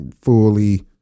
fully